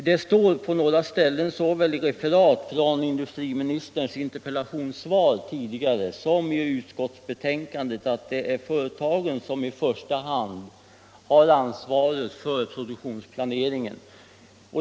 Det står på några ställen såväl i referat från industriministerns interpellationssvar tidigare som i utskottsbetänkandet att det är företagen som i första hand har ansvaret för produktionsplaneringen.